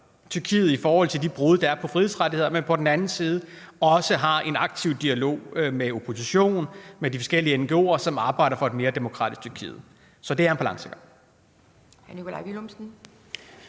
Tyrkiet i forhold til de brud, der er på frihedsrettighederne, men at vi på den anden side også har en aktiv dialog med oppositionen og med de forskellige ngo'er, som arbejder for et mere demokratisk Tyrkiet. Så det er en balancegang.